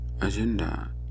agenda